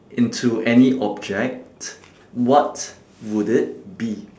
into any object what would it be